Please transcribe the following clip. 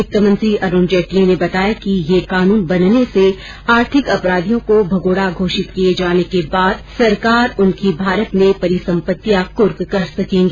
वित्तमंत्री अरुण जेटली ने बताया कि यह कानून बनने से आर्थिक अपराधियों को भगोड़ा घोषित किये जाने के बाद सरकार उनकी भारत में परिसम्पत्तियां कर्क कर सकेगी